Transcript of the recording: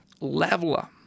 leveler